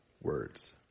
words